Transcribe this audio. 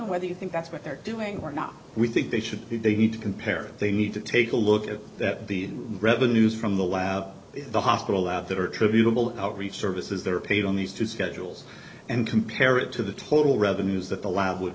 and whether you think that's what they're doing or not we think they should they need to compare they need to take a look at that the revenues from the lab the hospital out that are attributable to outreach services that are paid on these two schedules and compare it to the total revenues that the lab would